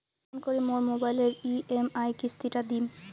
কেমন করি মোর মোবাইলের ই.এম.আই কিস্তি টা দিম?